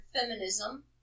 feminism